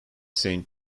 saint